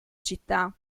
città